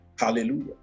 Hallelujah